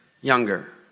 younger